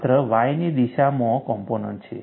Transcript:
માત્ર y ની દિશામાં કોમ્પોનન્ટ છે